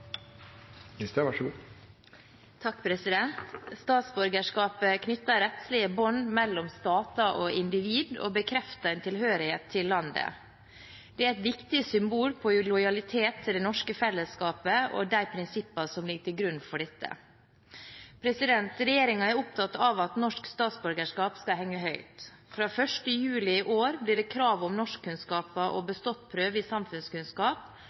Statsborgerskapet knytter rettslige bånd mellom stater og individ og bekrefter en tilhørighet til landet. Det er et viktig symbol på lojalitet til det norske fellesskapet og de prinsippene som ligger til grunn for dette. Regjeringen er opptatt av at norsk statsborgerskap skal henge høyt. Fra 1. juli i år blir det krav om norskkunnskaper og bestått prøve i samfunnskunnskap